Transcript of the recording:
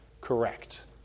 correct